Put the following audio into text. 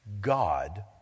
God